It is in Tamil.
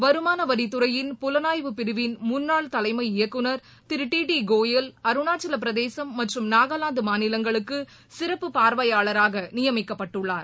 வருமானவரிதுறையின் புலனாய்வு பிரிவின் முன்னாள் தலைமை இயக்குநர் திரு டி டி டிகோயல் அருணாச்சவபிரதேசம் மற்றும் நாகாவாந்தமாநிலங்களுக்குசிறப்பு பார்வையாளராகநியமிக்கப்பட்டுள்ளார்